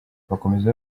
bakomeza